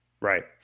Right